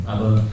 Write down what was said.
Aber